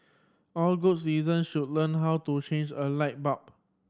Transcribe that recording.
all good citizen should learn how to change a light bulb